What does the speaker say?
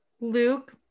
Luke